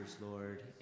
Lord